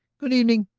good evening!